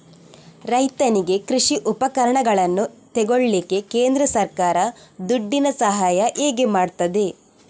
ರೈತನಿಗೆ ಕೃಷಿ ಉಪಕರಣಗಳನ್ನು ತೆಗೊಳ್ಳಿಕ್ಕೆ ಕೇಂದ್ರ ಸರ್ಕಾರ ದುಡ್ಡಿನ ಸಹಾಯ ಹೇಗೆ ಮಾಡ್ತದೆ?